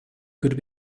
could